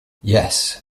yes